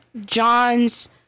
John's